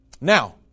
Now